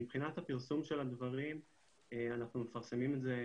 מבחינת הפרסום של הדברים אנחנו מפרסמים את זה,